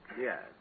Yes